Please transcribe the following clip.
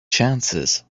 chances